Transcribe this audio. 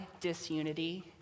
disunity